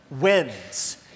wins